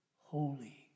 holy